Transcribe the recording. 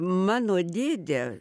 mano dėdė